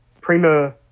Prima